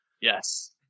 Yes